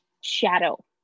shadow